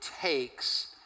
takes